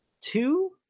two